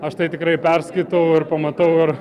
aš tai tikrai perskaitau ir pamatau ir